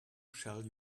shall